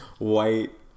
white